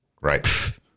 Right